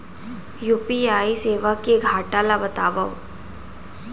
UPI सेवा के घाटा ल बतावव?